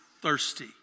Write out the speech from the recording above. thirsty